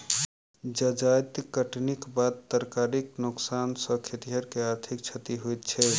जजाति कटनीक बाद तरकारीक नोकसान सॅ खेतिहर के आर्थिक क्षति होइत छै